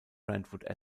brentwood